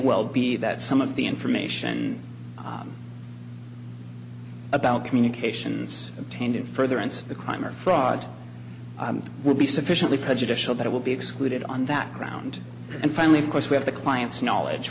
well be that some of the information about communications obtained in furtherance of the crime or fraud will be sufficiently prejudicial that it will be excluded on that ground and finally of course we have the client's knowledge